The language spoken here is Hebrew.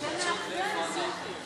זה מאחרי הנשיאות,